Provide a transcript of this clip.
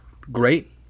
great